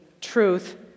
truth